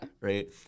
Right